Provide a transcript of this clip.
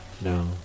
No